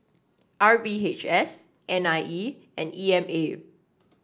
R V H S N I E and E M A